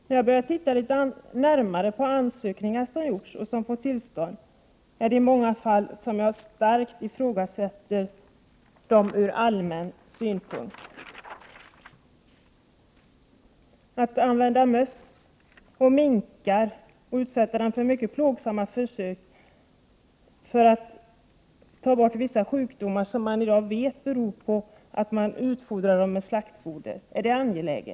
När jag har tittat litet närmare på ansökningar som gjorts och som har bifallits, är det i många fall som jag starkt ifrågasätter ”ur allmän synpunkt”. Att använda möss och minkar samt utsätta dem för mycket plågsamma försök för att få bort vissa sjukdomar som man i dag vet beror på att djuren utfodras med slaktfoder, är det angeläget?